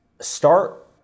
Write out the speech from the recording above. start